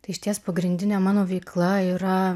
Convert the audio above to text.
tai išties pagrindinė mano veikla yra